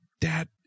dad